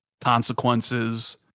consequences